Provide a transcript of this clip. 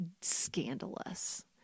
scandalous